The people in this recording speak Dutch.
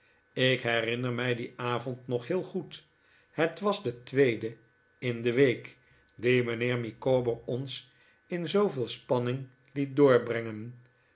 ik herinner mij dien avond nog heel goed het was de tweede in de week die mijnheer micawber ons in zooveel spanning liet doorbrengen